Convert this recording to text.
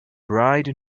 bride